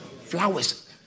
flowers